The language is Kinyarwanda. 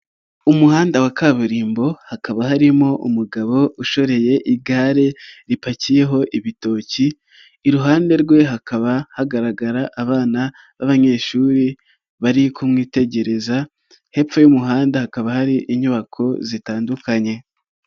Umuhanda wa kaburimbo, hakaba harimo umugabo ushoreye igare ripakiyeho ibitoki, iruhande rwe hakaba hagaragara abana b'abanyeshuri, bari kumwitegereza, hepfo y'umuhanda hakaba hari inyubako zitandukanye.